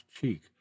cheek